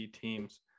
teams